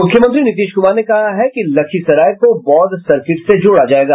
मूख्यमंत्री नीतीश कुमार ने कहा है कि लखीसराय को बौद्ध सर्किट से जोड़ा जायेगा